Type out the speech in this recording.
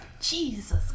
Jesus